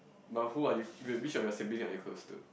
but who are you wait which of your sibling are you close to